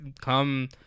come